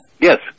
Yes